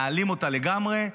להעלים אותה לגמרי,